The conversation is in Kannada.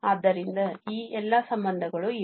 ಆದ್ದರಿಂದ ಈ ಎಲ್ಲಾ ಸಂಬಂಧಗಳು ಇವೆ